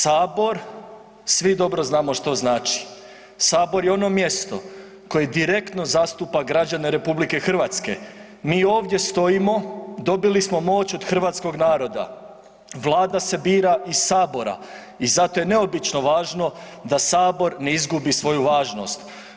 Sabor, svi dobro znamo što znači, Sabor je ono mjesto koje direktno zastupa građane RH, mi ovdje stojimo, dobili smo moć od hrvatskog naroda, Vlada se bira iz Sabora i zato je neobično važno da Sabor ne izgubi svoju važnost.